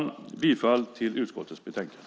Jag yrkar bifall till utskottets förslag.